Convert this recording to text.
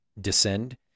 descend